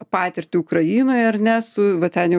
patirtį ukrainoj ar ne su va ten jau